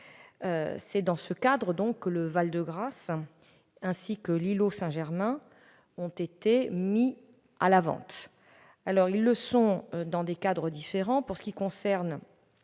C'est dans ce contexte que le Val-de-Grâce ainsi que l'îlot Saint-Germain ont été mis en vente, dans des cadres différents. Pour ce qui concerne